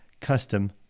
custom